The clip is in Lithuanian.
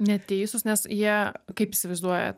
neteisūs nes jie kaip įsivaizduojat